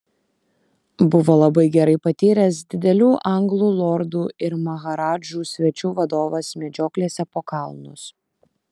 buvo labai gerai patyręs didelių anglų lordų ir maharadžų svečių vadovas medžioklėse po kalnus